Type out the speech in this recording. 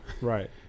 Right